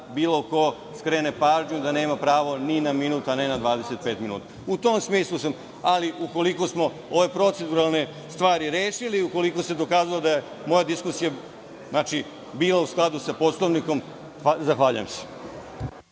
bilo ko skrene pažnju da nema pravo ni na minut, a ne na 25 minuta. Ukoliko smo ove proceduralne stvari rešili, ukoliko se dokazalo da je moja diskusija bila u skladu sa Poslovnikom, zahvaljujem se.